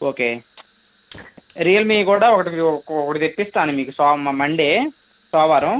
okay Realme కూడా ఒకటి తెప్పిస్తాను మీకు సోమ మ మండే సోమవారం